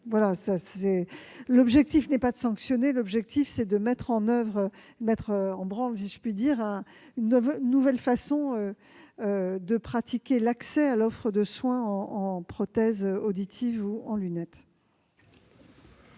L'objectif est non pas de sanctionner, mais de mettre en oeuvre une nouvelle façon de pratiquer l'accès à l'offre de soins en prothèses auditives ou en lunettes.